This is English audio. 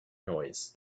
noise